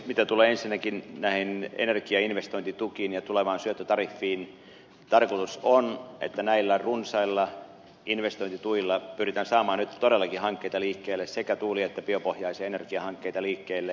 mitä tulee ensinnäkin näihin energiainvestointitukiin ja tulevaan syöttötariffiin tarkoitus on että näillä runsailla investointituilla pyritään saamaan nyt todellakin hankkeita liikkeelle sekä tuuli että biopohjaisia energiahankkeita liikkeelle